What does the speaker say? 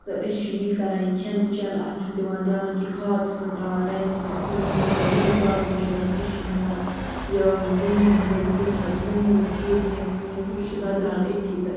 تہٕ أسۍ چھِ یہِ یی کَران یہِ کھٮ۪ن چٮ۪ن اَتھ چھُنہٕ دِوان دیان کہِ کھاد چھِس نہٕ ترٛاوان ٹایمَس پٮ۪ٹھ کِہیٖنٛۍ ییٚمہِ سۭتۍ پَتہٕ یِہَے پرٛابلِم چھِ گژھان أسۍ چھِنہٕ ہٮ۪کان یہِ زٔمیٖنَس ز زٔمیٖنَس زٔمیٖنٕکۍ چیٖز کھٮ۪تھ کِہیٖنٛۍ تہِ یہِ چھُ دۄدران أتھی تہٕ